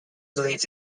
belief